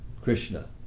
Krishna